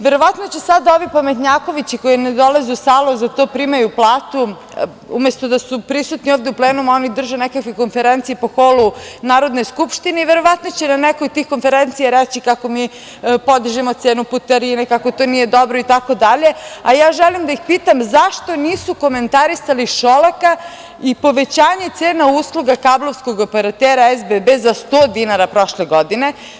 Verovatno će sada ovi pametnjakovići koji ne dolaze u salu, a za to primaju platu, umesto da su prisutni u plenumu, oni drže neke konferencije po holu Narodne skupštine i verovatno će na nekoj tih konferencija reći kako mi podižemo cenu putarine, kako to nije dobro itd, a ja želim da ih pitam - zašto nisu komentarisali Šolaka i povećanje cena usluga kablovskog operatera SBB za 100 dinara prošle godine?